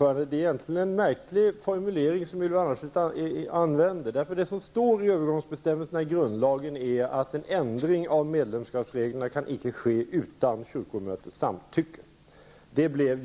Herr talman! Det är egentligen en märklig formulering som Ylva Annerstedt använder. Det som står i övergångsbestämmelserna i grundlagen är att en ändring av medlemskapsreglerna icke kan ske utan kyrkomötets samtycke. Det blev